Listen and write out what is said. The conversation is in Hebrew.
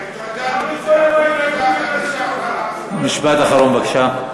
התרגלנו לזה, משפט אחרון, בבקשה.